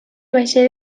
vaixell